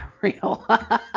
real